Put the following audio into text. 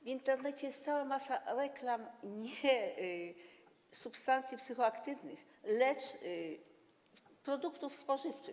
W Internecie jest cała masa reklam nie substancji psychoaktywnych, lecz produktów spożywczych.